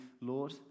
Lord